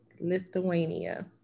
Lithuania